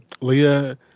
Leah